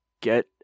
get